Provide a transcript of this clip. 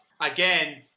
again